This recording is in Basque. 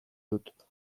dut